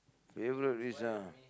favourite dish ah